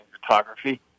photography